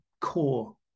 core